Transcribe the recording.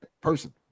person